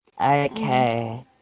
okay